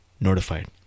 notified